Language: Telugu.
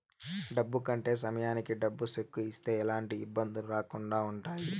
డబ్బు కట్టే సమయానికి డబ్బు సెక్కు ఇస్తే ఎలాంటి ఇబ్బందులు రాకుండా ఉంటాయి